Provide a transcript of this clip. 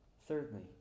Thirdly